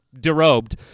derobed